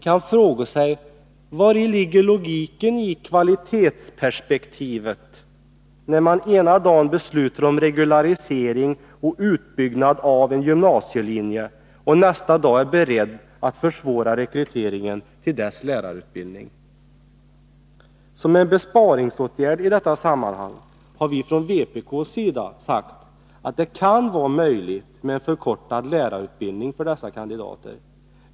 Jag frågar mig: Var ligger logiken i kvalitetsperspektivet, när man ena dagen beslutar om regularisiering och utbyggnad av en gymnasielinje och nästa dag är beredd att försvåra rekryteringen till dess lärarutbildning? Som en besparingsåtgärd i detta sammanhang har vi från vpk:s sida sagt att det kan vara möjligt med en förkortad lärarutbildning för dess kandidater.